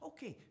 Okay